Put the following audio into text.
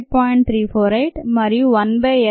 348 మరియ 1 by s plus 1